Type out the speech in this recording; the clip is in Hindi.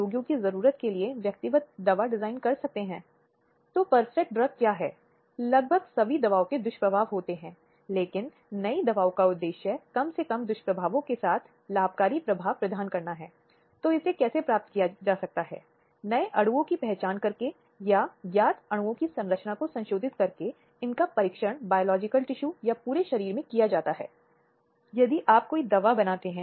इसलिए अगर यह महिला की इच्छा के खिलाफ है अगर यह उसकी सहमति के खिलाफ है अगर उसकी सहमति उसे मौत या चोट के डर से डालकर प्राप्त की गई है या यदि सहमति उसे किसी नशीले पदार्थ का सेवन करके दी गई है